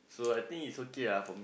so I think it's okay ah for me